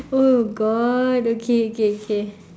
oh god okay okay okay